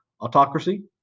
Autocracy